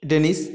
tennis